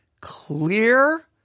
clear